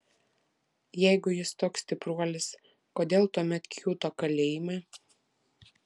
jeigu jis toks stipruolis kodėl tuomet kiūto kalėjime